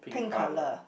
colour